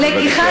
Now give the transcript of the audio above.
תמשיכי.